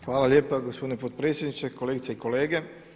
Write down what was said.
Hvala lijepa gospodine potpredsjedniče, kolegice i kolege.